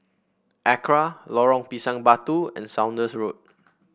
ACRA Lorong Pisang Batu and Saunders Road